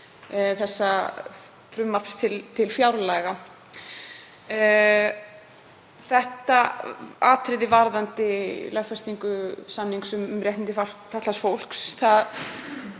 þessa frumvarps til fjárlaga. Þetta atriði varðandi lögfestingu samnings um réttindi fatlaðs fólks